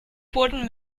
booten